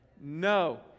No